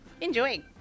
Enjoy